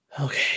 okay